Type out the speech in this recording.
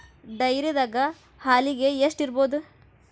ಡೈರಿದಾಗ ಹಾಲಿಗೆ ಎಷ್ಟು ಇರ್ಬೋದ್?